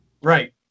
right